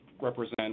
represent